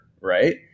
right